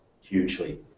hugely